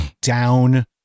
down